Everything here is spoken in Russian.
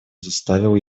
заставил